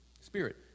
Spirit